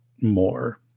more